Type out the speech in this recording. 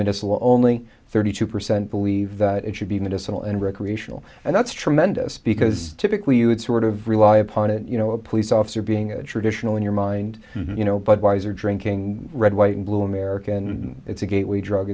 missile only thirty two percent believe that it should be medicinal and recreational and that's tremendous because typically you would sort of rely upon it you know a police officer being a traditional in your mind you know budweiser drinking red white and blue american it's a gateway drug